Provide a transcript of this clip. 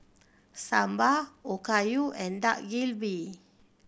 Sambar Okayu and Dak Galbi